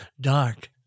Dark